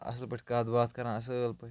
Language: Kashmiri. اَصٕل پٲٹھۍ کَتھ باتھ کَران اَصل پٲٹھۍ